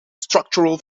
structural